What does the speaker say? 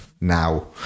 now